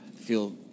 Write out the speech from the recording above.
feel